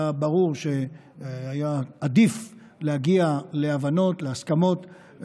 היה ברור שהיה עדיף להגיע להבנות ולהסכמות,